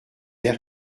airs